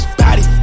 body